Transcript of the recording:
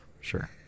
sure